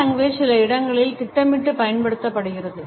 Paralanguage சில இடங்களில் திட்டமிட்டு பயன்படுத்தப்படுகிறது